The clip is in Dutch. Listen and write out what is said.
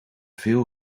veel